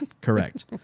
correct